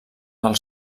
del